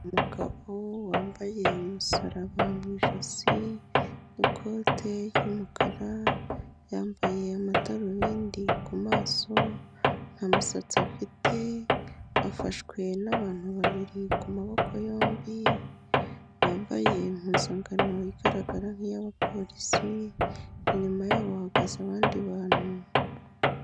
Umugabo wambaye umusaraba mu ijosi, n'ikote ry'umukara, yambaye amadarubindi ku maso, nta musatsi afite, afashwe n'abantu babiri ku maboko yombi, bambaye impuzangano igaragara nk'iy'abapolisi, inyuma yabo hahagaze abandi bantu.